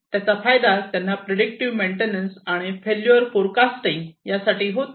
त्याचा फायदा त्यांना प्रिडीक्टिव्ह मेंटेनन्स आणि फेलयुअर फोरकास्टिंग यासाठी होतो